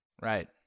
Right